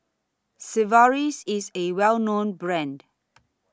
Sigvaris IS A Well known Brand